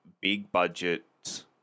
big-budget